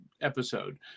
episode